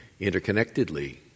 interconnectedly